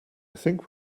think